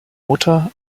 mutter